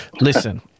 Listen